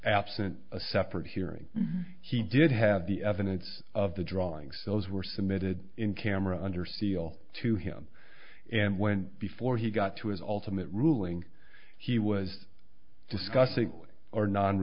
absent a separate hearing he did have the evidence of the drawings those were submitted in camera under seal to him and when before he got to his ultimate ruling he was discussing or non